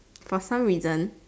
for some reason